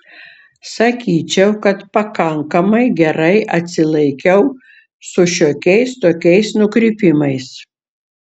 sakyčiau kad pakankamai gerai atsilaikiau su šiokiais tokiais nukrypimais